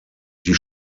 die